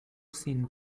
sin